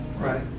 right